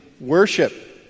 worship